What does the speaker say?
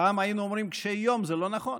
פעם היינו אומרים קשי יום, אבל זה לא נכון,